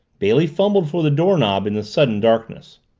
bailey fumbled for the doorknob in the sudden darkness.